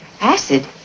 Acid